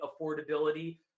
affordability